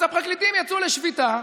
אז הפרקליטים יצאו לשביתה,